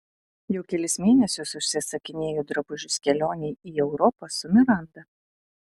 jau kelis mėnesius užsisakinėju drabužius kelionei į europą su miranda